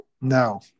No